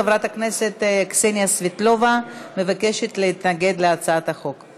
חברת הכנסת קסניה סבטלובה מבקשת להתנגד להצעת החוק.